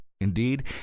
Indeed